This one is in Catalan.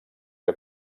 que